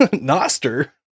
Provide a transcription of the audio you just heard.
Noster